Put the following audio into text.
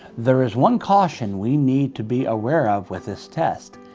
there is one caution we need to be aware of with this test.